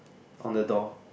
on the door